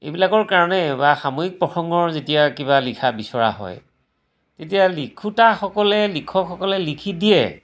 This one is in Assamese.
এইবিলাকৰ কাৰণে বা সাময়িক প্ৰসংগৰ যেতিয়া কিবা লিখা বিচৰা হয় তেতিয়া লিখোঁতাসকলে লিখকসকলে লিখি দিয়ে